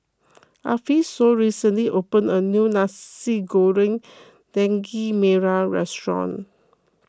Alphonso recently opened a new Nasi Goreng Daging Merah restaurant